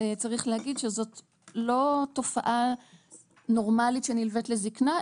צריך להגיד שזאת לא תופעה נורמלית שנלוות לזקנה,